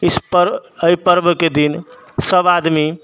इस पर्व एहि पर्वके दिन सब आदमी